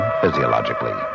physiologically